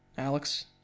Alex